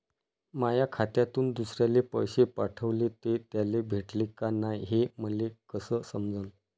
माया खात्यातून दुसऱ्याले पैसे पाठवले, ते त्याले भेटले का नाय हे मले कस समजन?